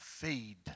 Feed